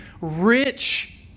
rich